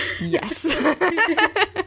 Yes